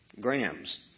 Grams